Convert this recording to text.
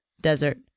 desert